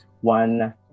One